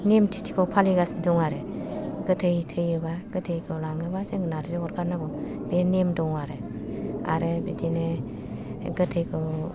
नियम थिथिखौ फालिगासिनो दं आरो गोथै थैयोबा गोथैखौ लाङोबा जों नारजि अरगारनांगौ बे नेम दं आरो आरो बिदिनो गोथैखौ